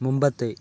മുൻപത്തെ